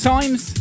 Times